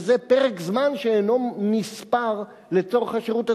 וזה פרק זמן שאינו נספר לצורך השירות הצבאי.